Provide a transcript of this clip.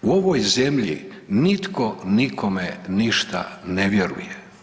U ovoj zemlji nitko nikome ništa ne vjeruje.